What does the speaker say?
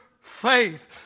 faith